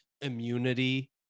immunity